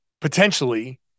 potentially